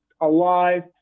alive